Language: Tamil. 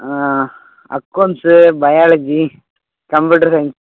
ah accounts biology computer science